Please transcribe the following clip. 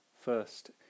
First